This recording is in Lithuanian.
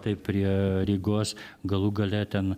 taip prie rygos galų gale ten